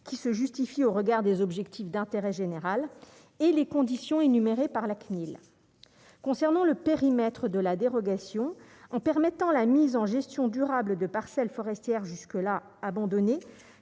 qui se justifie au regard des objectifs d'intérêt général et les conditions énumérées par la CNIL concernant le périmètre de la dérogation en permettant la mise en gestion durable de parcelles forestières jusque-là abandonner